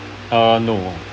uh no